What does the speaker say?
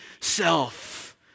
self